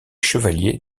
chevalier